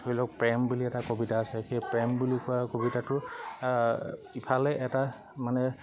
ধৰি লওক প্ৰেম বুলি এটা কবিতা আছে সেই প্ৰেম বুলি কোৱা কবিতাটোৰ ইফালে এটা মানে